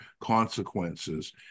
consequences